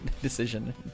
decision